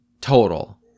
total